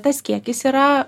tas kiekis yra